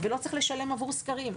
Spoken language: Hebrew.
ולא צריך לשלם עבור סקרים.